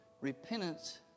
Repentance